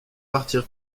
partir